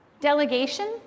Delegation